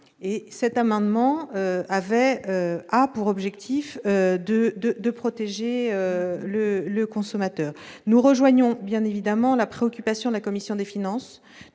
2. Cet amendement vise à protéger le consommateur. Nous rejoignons bien évidemment la préoccupation de la commission des finances,